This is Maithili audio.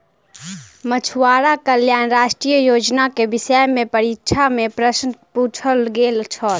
मछुआरा कल्याण राष्ट्रीय योजना के विषय में परीक्षा में प्रश्न पुछल गेल छल